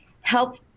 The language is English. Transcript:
help